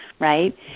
right